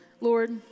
Lord